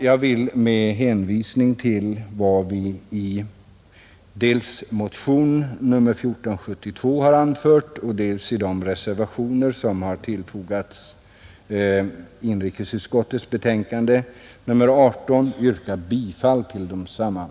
Jag vill med hänvisning till vad vi anfört dels i motionen 1472 och dels i reservationerna 2, 3, 5, 6, 12, 13, 15, 18, 19 och 20 som fogats till inrikesutskottets betänkande nr 18 yrka bifall till dessa reservationer,